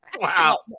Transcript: Wow